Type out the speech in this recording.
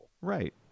Right